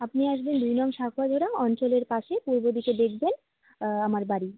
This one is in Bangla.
আপনি আসবেন অঞ্চলের পাশে পূর্ব দিকে দেখবেন আমার বাড়ি